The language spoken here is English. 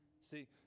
See